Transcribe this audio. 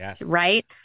right